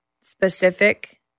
specific